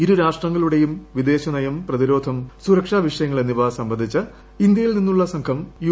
ഇരുരാഷ്ട്രങ്ങളുടേയും വിദേശനയം പ്രതിരോധം സുരക്ഷാ വിഷയങ്ങൾ എന്നിവ സംബന്ധിച്ച് ഇന്ത്യയിൽ നിന്നുള്ള സംഘം യു